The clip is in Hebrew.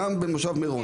כולל המושב מירון.